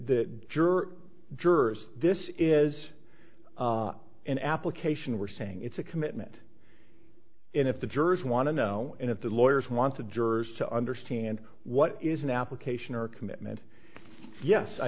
juror jurors this is an application we're saying it's a commitment and if the jurors want to know and if the lawyers want the jurors to understand what is an application or a commitment yes i